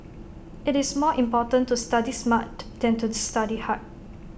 IT is more important to study smart than to study hard